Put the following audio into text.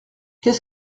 qu’est